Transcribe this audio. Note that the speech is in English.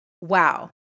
Wow